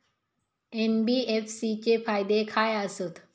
NBFC चे फायदे खाय आसत?